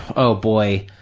oh, boy.